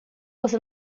você